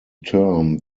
term